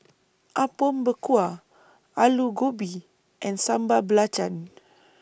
Apom Berkuah Aloo Gobi and Sambal Belacan